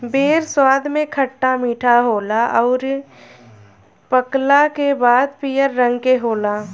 बेर स्वाद में खट्टा मीठा होला अउरी पकला के बाद पियर रंग के होला